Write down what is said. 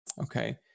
Okay